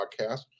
podcast